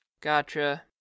Gotcha